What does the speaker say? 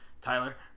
Tyler